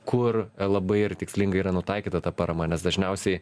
kur labai ir tikslingai yra nutaikyta ta parama nes dažniausiai